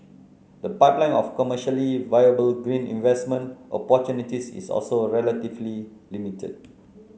the pipeline of commercially viable green investment opportunities is also relatively limited